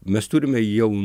mes turime jau